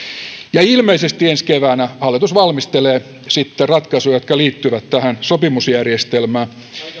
ilmeisesti ensi keväänä hallitus valmistelee sitten ratkaisuja jotka liittyvät tähän sopimusjärjestelmään